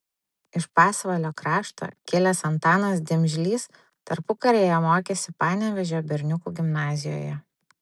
iš pasvalio krašto kilęs antanas dimžlys tarpukaryje mokėsi panevėžio berniukų gimnazijoje